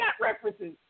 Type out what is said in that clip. references